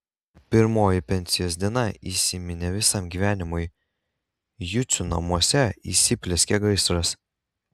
pirmoji pensijos diena įsiminė visam gyvenimui jucių namuose įsiplieskė gaisras